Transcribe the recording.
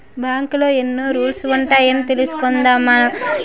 బాంకులో ఎన్నో రూల్సు ఉంటాయని తెలుసుకదా మనం తప్పకుండా అన్నీ ఫాలో అవ్వాలి